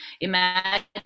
imagine